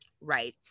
Right